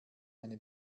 eine